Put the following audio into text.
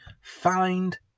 find